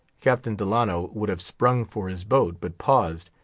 captain delano would have sprung for his boat, but paused,